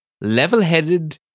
level-headed